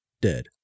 dead